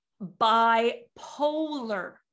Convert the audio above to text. bipolar